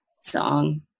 song